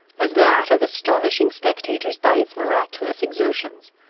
as that of astonishing spectators by its miraculous exertions.